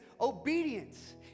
Obedience